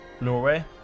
Norway